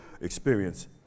experience